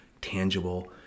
tangible